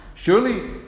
Surely